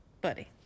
Buddy